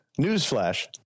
newsflash